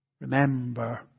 remember